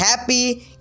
happy